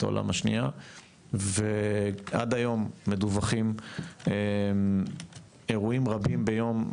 העולם השנייה ועד היום מדווחים אירועים רבים ביום,